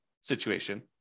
situation